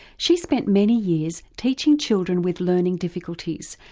she's spent many years teaching children with learning difficulties,